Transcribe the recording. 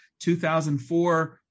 2004